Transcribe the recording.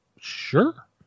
sure